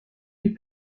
les